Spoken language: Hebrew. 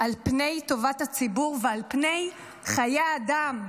על פני טובת הציבור ועל פני חיי אדם,